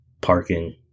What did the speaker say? parking